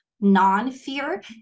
non-fear